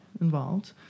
involved